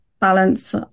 balance